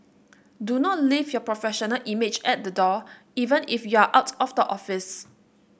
do not leave your professional image at the door even if you are out of the office